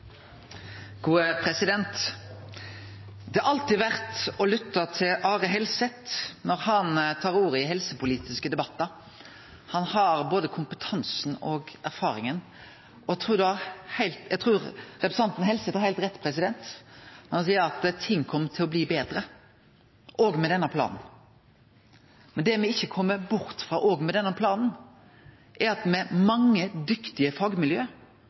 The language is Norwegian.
alltid verdt å lytte til Are Helseth når han tar ordet i helsepolitiske debattar, han har både kompetansen og erfaringa. Eg trur representanten Helseth har heilt rett når han seier at ting kjem til å bli betre med denne planen. Men det me ikkje kjem bort frå med denne planen, er at i mange dyktige fagmiljø